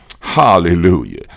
Hallelujah